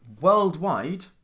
worldwide